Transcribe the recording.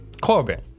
Corbin